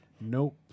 nope